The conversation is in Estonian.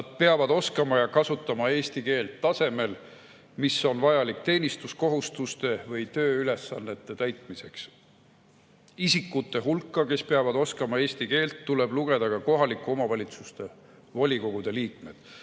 Nad peavad oskama ja kasutama eesti keelt tasemel, mis on vajalik teenistuskohustuste või tööülesannete täitmiseks. Isikute hulka, kes peavad oskama eesti keelt, tuleb lugeda ka kohalike omavalitsuste volikogude liikmed.